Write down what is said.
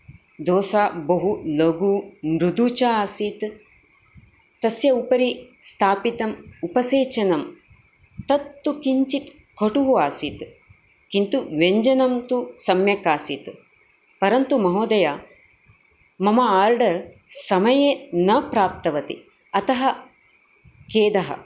दोसा बहु लघु मृदु च आसीत् तस्य उपरि स्थापितम् उपसेचनम् तत्तु किञ्चित् कटुः आसीत् किंतु व्यञ्जनम् तु सम्यक् असीत् परन्तु महोदय मम आर्डर् समये न प्राप्तवति अतः खेदः